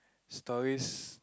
stories